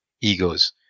egos